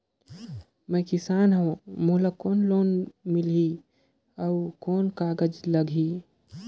मैं किसान हव मोला कौन लोन मिलही? अउ कौन कागज लगही?